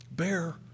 bear